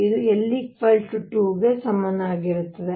ಇದು l 2 ಗೆ ಸಮನಾಗಿರುತ್ತದೆ